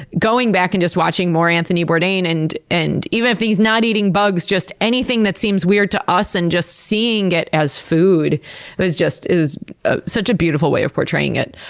going back and just watching more anthony bourdain, and and even if he's not eating bugs, just anything that seems weird to us and just seeing it as food was just ah such a beautiful way of portraying it.